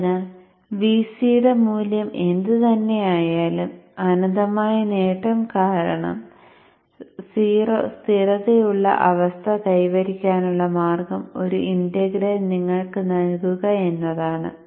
അതിനാൽ Vc യുടെ മൂല്യം എന്തുതന്നെ ആയാലും അനന്തമായ നേട്ടം കാരണം 0 സ്ഥിരതയുള്ള അവസ്ഥ കൈവരിക്കാനുള്ള മാർഗം ഒരു ഇന്റഗ്രേറ്റർ നിങ്ങൾക്ക് നൽകുക എന്നതാണ്